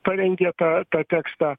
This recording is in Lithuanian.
parengė tą tą tekstą